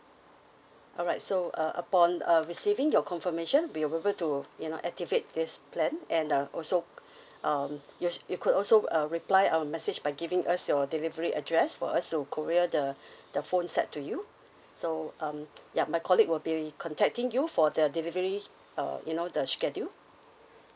alright so uh upon uh receiving your confirmation we are able to you know activate this plan and uh also um you you could also uh reply our message by giving us your delivery address for us to courier the the phone set to you so um ya my colleague will be contacting you for the delivery uh you know the schedule